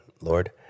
Lord